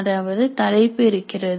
அதாவது தலைப்பு இருக்கிறது